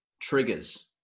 triggers